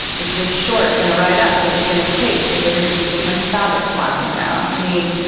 is this short going to ride up? is it going to chafe? is there going to be too much fabric flopping around? i mean,